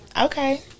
okay